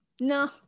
no